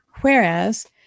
whereas